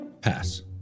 Pass